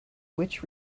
which